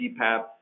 CPAP